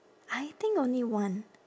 I think only one